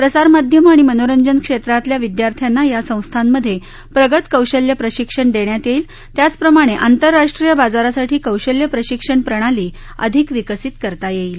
प्रसारमाध्यमं आणि मनोरंजन क्षेत्रातल्या विद्यार्थ्यांना या संस्थांमधे प्रगत कौशल्य प्रशिक्षण देण्यात येईल त्याचप्रमाणे आंतरराष्ट्रीय बाजारासाठी कौशल्य प्रशिक्षण प्रणाली अधिक विकसित करता येईल